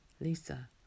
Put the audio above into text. Lisa